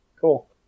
Cool